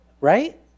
Right